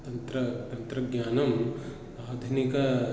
तन्त्र तन्त्रज्ञानम् आधुनिक